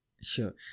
Sure